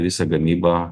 visą gamybą